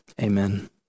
Amen